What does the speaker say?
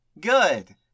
good